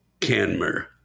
Canmer